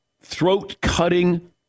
throat-cutting